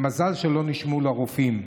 ומזל שלא נשמעו לרופאים.